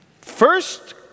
First